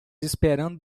esperando